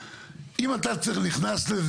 אם אתה נכנס לזה,